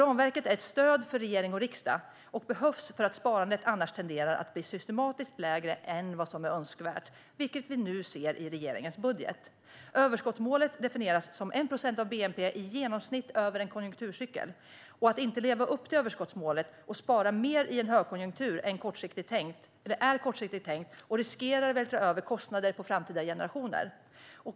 Ramverket är ett stöd för regering och riksdag och behövs för att sparandet annars tenderar att bli systematiskt lägre än vad som är önskvärt, vilket vi nu ser i regeringens budget. Överskottsmålet definieras som 1 procent av bnp i genomsnitt över en konjunkturcykel. Att inte spara mer i en högkonjunktur och därmed inte leva upp till överskottsmålet är kortsiktigt tänkt och riskerar att vältra över kostnader på framtida generationer.